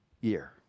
year